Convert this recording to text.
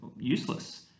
useless